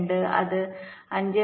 2 അത് 5